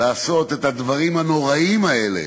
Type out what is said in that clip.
לעשות את הדברים הנוראיים האלה,